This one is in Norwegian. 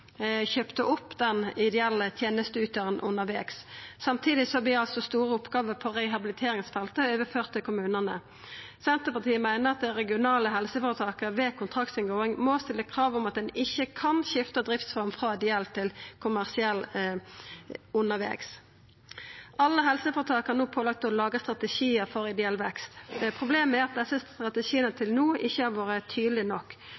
kjøpte opp den ideelle tenesteytaren undervegs. Samtidig vert altså store oppgåver på rehabiliteringsfeltet overførte til kommunane. Senterpartiet meiner at dei regionale helseføretaka ved kontraktsinngåing må stilla krav om at ein ikkje kan skifta driftsform frå ideell til kommersiell undervegs. Alle helseføretak er no pålagde å laga strategiar for ideell vekst. Problemet er at dei siste strategiane til no ikkje har vore tydelege nok.